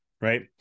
right